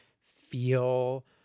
feel